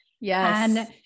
Yes